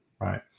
right